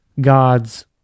God's